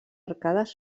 arcades